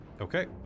okay